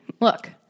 Look